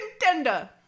contender